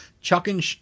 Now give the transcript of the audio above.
chucking